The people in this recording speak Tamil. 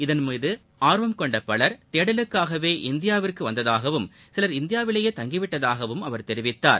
இதன்மீதுஆர்வம் கொண்டபவர் தேடலுக்காகவே இந்தியாவிற்குவந்ததாகவும் சிலர் இந்தியாவிலேயே தங்கிவிட்டதாகவும் அவர் தெரிவித்தார்